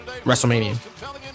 wrestlemania